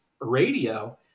radio